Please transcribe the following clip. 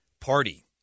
party